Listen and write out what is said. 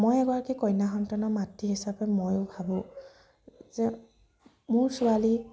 মই এগৰাকী কন্যা সন্তানৰ মাতৃ হিচাপে ময়ো ভাবোঁ যে মোৰ ছোৱালী